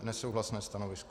Nesouhlasné stanovisko.